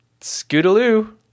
Scootaloo